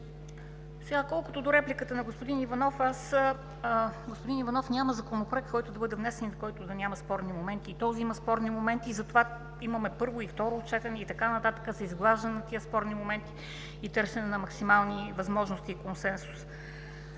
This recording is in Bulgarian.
Колкото до репликата на господин Иванов – господин Иванов, няма законопроект, който да бъде внесен и в който да няма спорни моменти. И в този има спорни моменти, и затова имаме първо и второ четене и така нататък – за изглаждане на тези спорни моменти, и търсене на максимални възможности и консенсус.